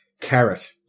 Carrot